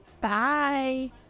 Bye